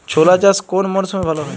ছোলা চাষ কোন মরশুমে ভালো হয়?